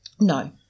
No